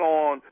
on